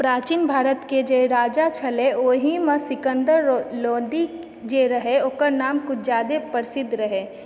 प्राचीन भारतके जे राजा छलय ओहिमे सिकन्दर लोदी जे रहय ओकर नाम किछु जादे प्रसिद्ध रहय